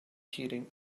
heating